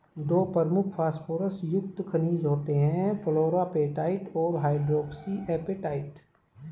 दो प्रमुख फॉस्फोरस युक्त खनिज होते हैं, फ्लोरापेटाइट और हाइड्रोक्सी एपेटाइट